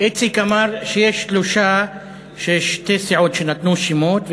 איציק אמר שיש שתי סיעות שנתנו שמות,